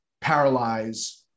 paralyze